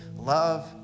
love